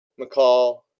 McCall